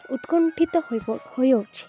ଉତ୍କଣ୍ଠିତ ହୋଇ ହୋଇଅଛି